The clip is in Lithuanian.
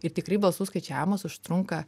ir tikrai balsų skaičiavimas užtrunka